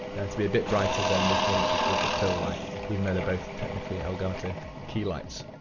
to be a bit brighter than this one which is called the fill light. even though they're both technically elgato key lights.